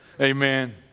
Amen